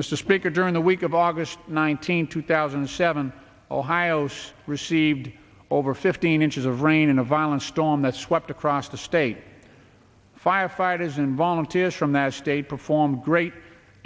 mr speaker during the week of august nineteenth two thousand and seven ohio's received over fifteen inches of rain in a violent storm that swept across the state firefighters and volunteers from that state performed great